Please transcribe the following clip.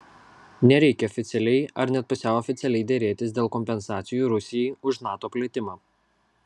nereikia oficialiai ar net pusiau oficialiai derėtis dėl kompensacijų rusijai už nato plėtimą